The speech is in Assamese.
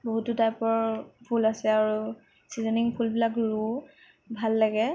বহুতো টাইপৰ ফুল আছে আৰু ছিজনিং ফুলবিলাক ৰুওঁ ভাল লাগে